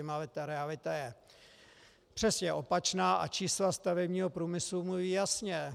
Ale ta realita je přesně opačná a čísla stavebního průmyslu mluví jasně.